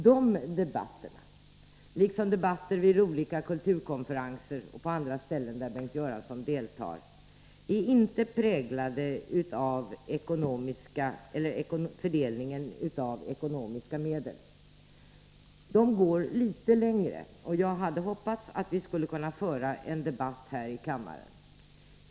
De debatterna — liksom debatter vid olika kulturkonferenser och debatter i andra sammanhang där Bengt Göransson deltar — är inte präglade av fördelningen av ekonomiska medel. De går litet längre. Jag hade hoppats att vi skulle kunna föra en sådan debatt här i kammaren.